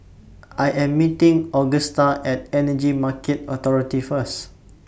I Am meeting Augusta At Energy Market Authority First